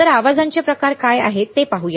तर आवाजांचे प्रकार काय आहेत ते पाहूया